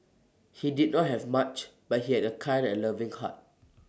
he did not have much but he had A kind and loving heart